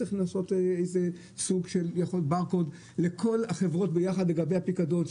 צריך לנסות סוג של ברקוד לכל החברות יחד בשביל הפיקדון,